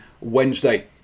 Wednesday